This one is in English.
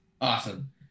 Awesome